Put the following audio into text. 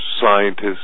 scientists